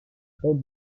près